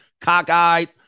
cockeyed